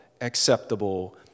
acceptable